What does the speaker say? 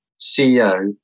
CEO